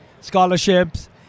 scholarships